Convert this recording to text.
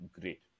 Great